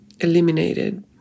eliminated